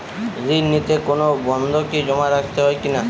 ঋণ নিতে কোনো বন্ধকি জমা রাখতে হয় কিনা?